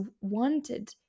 wanted